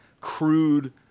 crude